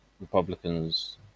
Republicans